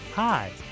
Hi